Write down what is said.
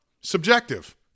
subjective